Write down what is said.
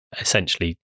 essentially